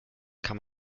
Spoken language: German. kann